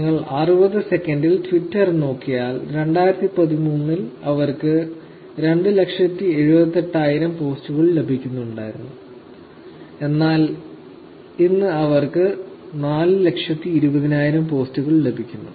നിങ്ങൾ 60 സെക്കൻഡിൽ ട്വിറ്റർ നോക്കിയാൽ 2013 ൽ അവർക്ക് 278000 പോസ്റ്റുകൾ ലഭിക്കുന്നുണ്ടായിരുന്നു എന്നാൽ ഇന്ന് അവർക്ക് 420000 പോസ്റ്റുകൾ ലഭിക്കുന്നു